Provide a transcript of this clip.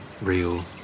real